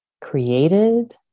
created